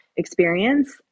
experience